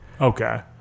Okay